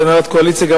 בהנהלת הקואליציה,